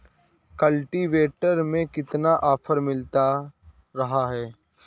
Cultivator में कितना offer मिल रहा है?